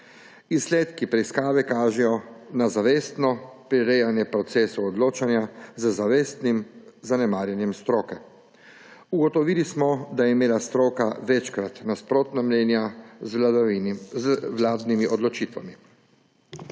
Izsledki preiskave kažejo na zavestno prirejanje procesov odločanja z zavestnim zanemarjanjem stroke. Ugotovili smo, da je imela stroka večkrat nasprotna mnenja z vladnimi odločitvami.